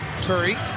Curry